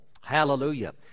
Hallelujah